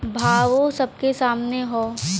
भावो सबके सामने हौ